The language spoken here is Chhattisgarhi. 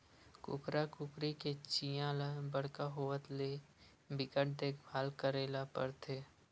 कुकरा कुकरी के चीया ल बड़का होवत ले बिकट देखभाल करे ल परथे